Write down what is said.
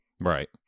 right